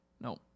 No